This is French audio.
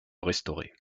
restaurée